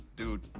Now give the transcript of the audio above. Dude